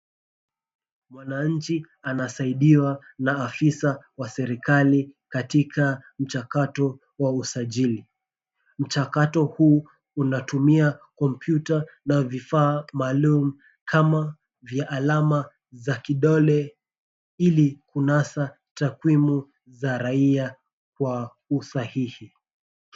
Mwananchi anasaidiwa na afisa wa serikali katika mchakato wa usajili. Mchakato huu unatumia komyuta na vifaa maalum kama vya alama za kidole ili kunasa takwimu za raia kwa usahihi.